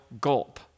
gulp